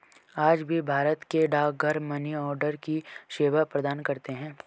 आज भी भारत के डाकघर मनीआर्डर की सेवा प्रदान करते है